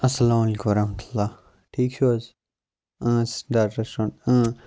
اَسَلامُ علیکُم وَرَحمَتہُ للہ ٹھیٖک چھِو حٕظ اۭں ریٚسٹورَنٛٹ اۭں